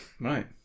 right